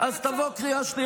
אתה מוכן לפחות לשקר קצת יותר